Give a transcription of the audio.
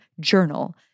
Journal